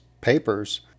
papers